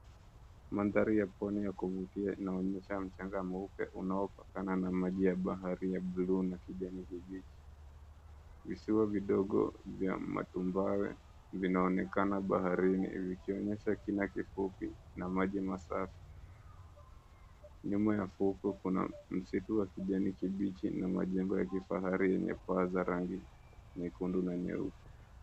Mandhari ya pwani ya kuvutia inaonyesha mchanga mweupe unaopakana na maji ya bahari ya buluu na kijani kibichi. Visiwa vidogo vya matumbawe vinaoenekana baharini vikionyesha kina kifupi na maji masafi. Nyuma ya fukwe kuna msitu wa kijani kibichi na majengo ya kifahari yenye paa za rangi nyekundu na nyeupe.